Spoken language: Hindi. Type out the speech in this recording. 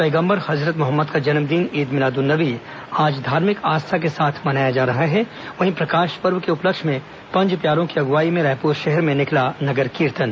पैगम्बर हजरत मोहम्मद का जन्मदिन ईद मिलादुन्नबी आज धार्मिक आस्था के साथ मनाया जा रहा है वहीं प्रकाश पर्व के उपलक्ष्य में पंच प्यारों की अंगुवाई में रायपुर शहर में निकला नगर कीर्तन